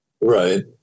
right